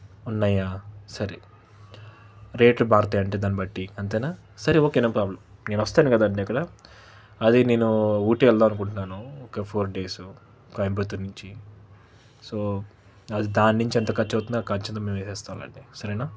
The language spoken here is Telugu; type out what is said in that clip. ఉన్నాయా సరే రేట్లు బారతాయంటే దాన్ని బట్టి అంతేనా సరే ఓకే నో ప్రోబ్లం నేనొస్తాన్ గదండి అక్కడ అది నేను ఊటీ వెళ్దాం అనుకుంటున్నాను ఒక ఫోర్ డేసు కోయంబత్తూర్ నించి సో అది దాన్నించి ఎంత ఖర్చువుతున్నా ఆ ఖర్చులు మేమేసేస్తాంలేండి సరేనా